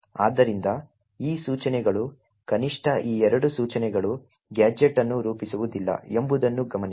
ಆದ್ದರಿಂದ ಈ ಸೂಚನೆಗಳು ಕನಿಷ್ಠ ಈ ಎರಡು ಸೂಚನೆಗಳು ಗ್ಯಾಜೆಟ್ ಅನ್ನು ರೂಪಿಸುವುದಿಲ್ಲ ಎಂಬುದನ್ನು ಗಮನಿಸಿ